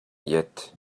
yet